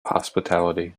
hospitality